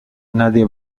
nadie